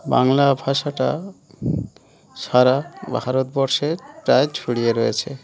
বাংলা ভাষাটা সারা ভারতবর্ষের প্রায় ছড়িয়ে রয়েছে